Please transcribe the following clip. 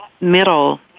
middle